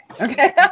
Okay